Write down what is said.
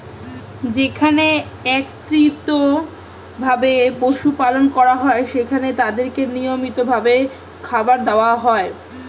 যেখানে একত্রিত ভাবে পশু পালন করা হয়, সেখানে তাদেরকে নিয়মিত ভাবে খাবার দেওয়া হয়